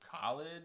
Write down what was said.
college